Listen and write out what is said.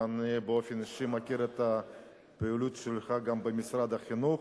ואני באופן אישי מכיר את הפעילות שלך גם במשרד החינוך,